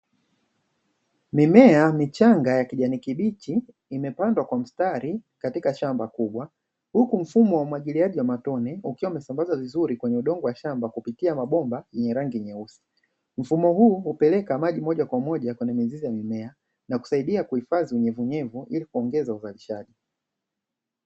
Mimea michanga ya kijani kibichi imepandwa kwa mstari katika shamba kubwa, huku mfumo wa umwagiliaji wa matone ukiwa umesambazwa vizuri kwenye udongo wa shamba kupitia mabomba yenye rangi nyeusi. Mfumo huu hupeleka maji moja kwa moja kwenye mizizi ya mimea na kusaidia kuifadhi unyevunyevu ili kuongeza uzalishaji.